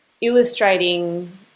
illustrating